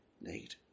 need